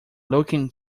looking